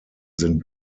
sind